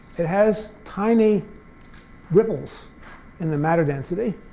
it has tiny ripples in the matter density,